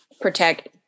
protect